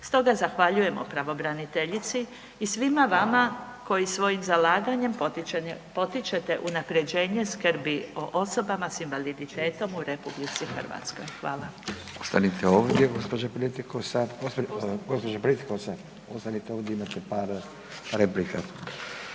Stoga zahvaljujemo pravobraniteljici i svima vama koji svojim zalaganjem potičete unapređenje skrbi o osobama s invaliditetom u RH. Hvala.